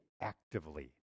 actively